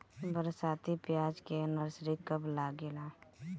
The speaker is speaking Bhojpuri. बरसाती प्याज के नर्सरी कब लागेला?